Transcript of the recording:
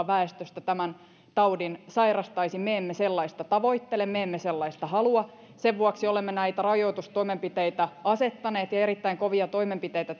väestöstä tämän taudin sairastaisi me emme sellaista tavoittele me emme sellaista halua sen vuoksi olemme näitä rajoitustoimenpiteitä asettaneet ja erittäin kovia toimenpiteitä